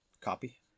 copy